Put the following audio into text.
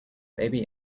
baby